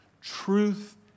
Truth